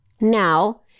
Now